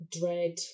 dread